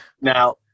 Now